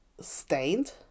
stained